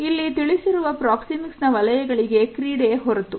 ಇಲ್ಲಿ ತಿಳಿಸಿರುವ ಪ್ರಾಕ್ಸಿಮಿಕ್ಸ್ ನ ವಲಯಗಳಿಗೆ ಕ್ರೀಡೆ ಹೊರತು